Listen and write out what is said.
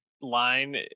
line